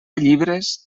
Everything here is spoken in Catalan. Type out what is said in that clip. llibres